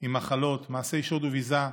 עם מחלות, מעשי שוד וביזה,